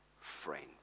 friend